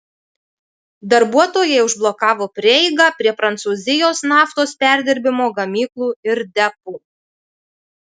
darbuotojai užblokavo prieigą prie prancūzijos naftos perdirbimo gamyklų ir depų